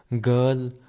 girl